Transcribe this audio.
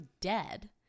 dead